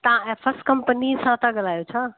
तव्हां F S company सां था ॻाल्हायो छा